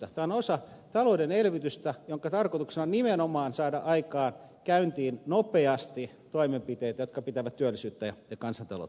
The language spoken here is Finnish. tämä on osa talouden elvytystä jonka tarkoituksena on nimenomaan saada käyntiin nopeasti toimenpiteitä jotka pitävät työllisyyttä ja kansantaloutta yllä